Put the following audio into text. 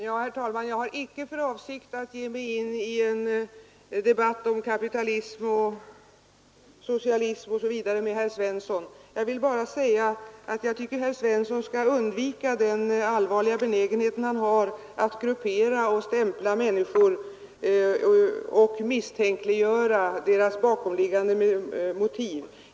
Herr talman! Jag har icke för avsikt att ge mig in i en debatt med herr Svensson i Malmö om kapitalism och socialism osv. Jag vill bara säga att jag tycker att herr Svensson skall undvika den allvarliga benägenheten han har att gruppera och stämpla människor och misstänkliggöra deras bakomliggande motiv.